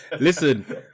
Listen